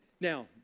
Now